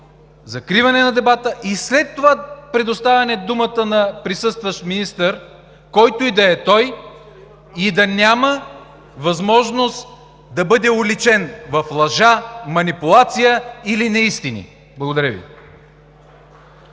закриване на дебата и след това предоставяне думата на присъстващ министър, който и да е той, и да няма възможност да бъде уличен в лъжа, манипулация или неистини. Благодаря Ви.